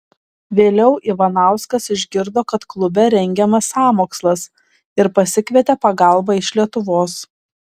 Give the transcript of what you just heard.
vėliau ivanauskas išgirdo kad klube rengiamas sąmokslas ir pasikvietė pagalbą iš lietuvos